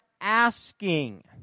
asking